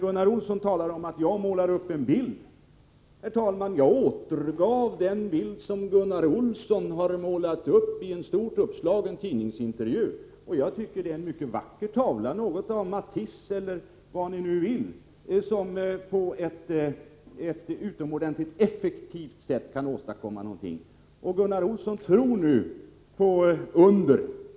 Gunnar Olsson talar om att jag målar upp en bild. Herr talman, jag återgav den bild som Gunnar Olsson har målat upp i en stort uppslagen tidningsintervju. Och jag tycker att det är en mycket vacker tavla, något av Matisse eller vad ni vill, som på ett utomordentligt effektivt sätt visar hur man kan åstadkomma någonting. Gunnar Olsson tror nu på under.